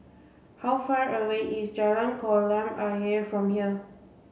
how far away is Jalan Kolam Ayer from here